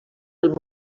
pel